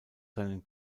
seinen